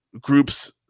groups